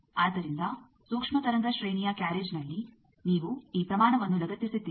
ಆದ್ದರಿಂದ ಸೂಕ್ಷ್ಮ ತರಂಗ ಶ್ರೇಣಿಯ ಕ್ಯಾರ್ರೇಜ್ನಲ್ಲಿ ನೀವು ಈ ಪ್ರಮಾಣವನ್ನು ಲಗತ್ತಿಸಿದ್ದೀರಿ